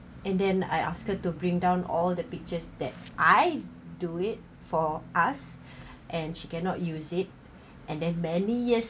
and then I ask her to bring down all the pictures that I do it for us and she cannot use it and then many years